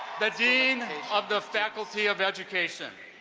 the dean of the faculty of education.